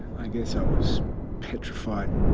i guess i was petrified.